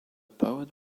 poet